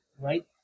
right